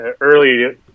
early